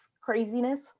craziness